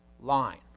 line